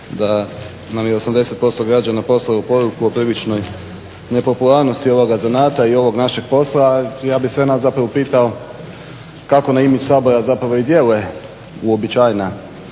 da nam je 80% građana poslala poruku u priličnoj nepopularnosti ovoga zanata i ovog našeg posla, ali ja bi sve nas zapravo pitao kako na imidž Sabora zapravo i djeluje uobičajena,